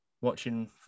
watching